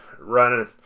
running